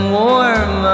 warm